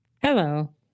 hello